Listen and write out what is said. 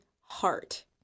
heart